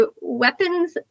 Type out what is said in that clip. weapons